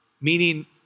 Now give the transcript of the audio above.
meaning